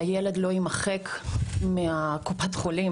היא שהילד לא יימחק מקופת החולים.